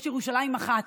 יש ירושלים אחת.